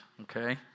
okay